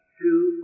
two